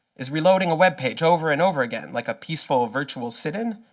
is reloading a webpage over and over again like a peaceful virtual sit in,